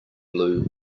blue